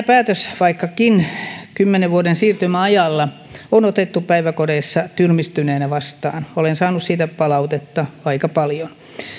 päätös vaikkakin kymmenen vuoden siirtymäajalla on otettu päiväkodeissa tyrmistyneenä vastaan olen saanut siitä palautetta aika paljon